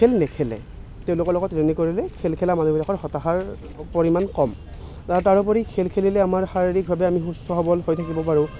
খেল নেখেলে তেওঁলোকৰ লগত ৰিজনি কৰিলে খেল খেলা মানুহবিলাকৰ হতাশাৰ পৰিমাণ কম আৰু তাৰোপৰি খেল খেলিলে আমাৰ শাৰীৰিকভাৱে আমি সুস্থ সবল হৈ থাকিব পাৰোঁ